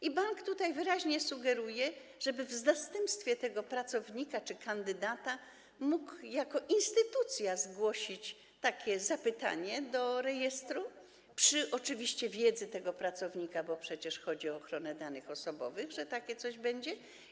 I bank tutaj wyraźnie sugeruje, żeby w zastępstwie za tego pracownika czy kandydata mógł jako instytucja zgłosić takie zapytanie do rejestru, oczywiście za wiedzą tego pracownika, bo przecież chodzi o ochronę danych osobowych, że takie coś będzie.